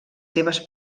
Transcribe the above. seves